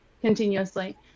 continuously